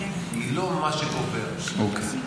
זה לא מה שקובע פה,